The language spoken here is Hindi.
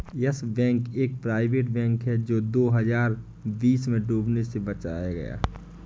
यस बैंक एक प्राइवेट बैंक है जो दो हज़ार बीस में डूबने से बचाया गया